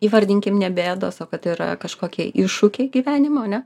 įvardinkim ne bėdos o kad yra kažkokie iššūkiai gyvenimo ane